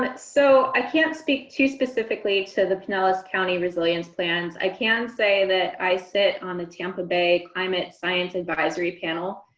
but so i can't speak too specifically to the pinellas county resilience plans. i can say that i sit on the tampa bay climate science advisory panel,